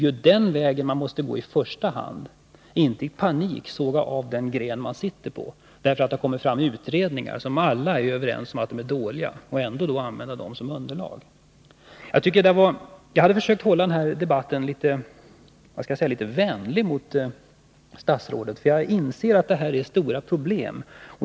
Det är den vägen man måste gå i första hand och inte i panik såga av den gren som man sitter på därför att det kommit fram utredningar som enligt vad alla är överens om är dåliga och ändå använda dem som underlag. Jag har försökt att i denna debatt vara litet vänlig mot statsrådet, ty jag inser att det här gäller stora problem.